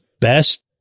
best